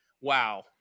wow